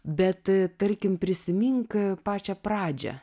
bet tarkim prisimink pačią pradžią